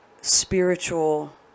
spiritual